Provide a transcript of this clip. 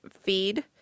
feed